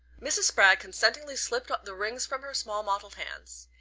mrs. spragg consentingly slipped the rings from her small mottled hands.